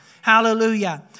Hallelujah